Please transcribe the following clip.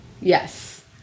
Yes